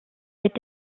wird